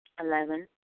Eleven